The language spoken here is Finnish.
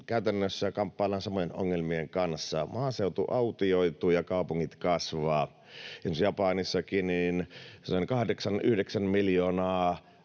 käytännössä kamppaillaan samojen ongelmien kanssa. Maaseutu autioituu ja kaupungit kasvavat. Esimerkiksi Japanissakin 8—9 miljoonaa